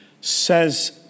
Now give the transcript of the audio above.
says